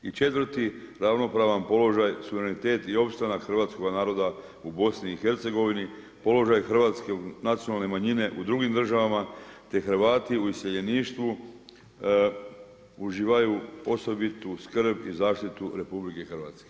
I četvrti, ravnopravan položaj suverenitet i opstanak hrvatskoga naroda u BiH, položaj hrvatske nacionalne manjine u drugim državama te Hrvati u iseljeništvu uživaju osobitu skrb i zaštitu RH.